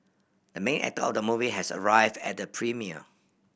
the main actor of the movie has arrived at the premiere